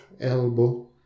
elbow